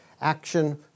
action